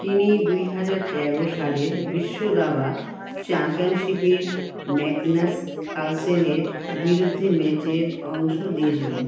তিনি দুই হাজার তেরো সালের বিশ্ব দাবা চাম্পিয়নশিপের ম্যাগনাস কালসেনের বিরুদ্ধে ম্যাচের অংশ নিয়েছিলেন